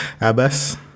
abbas